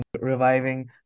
reviving